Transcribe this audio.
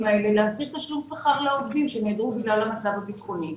האלה להסדיר תשלום שכר לעובדים שנעדרו בגלל המצב הביטחוני.